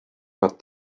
but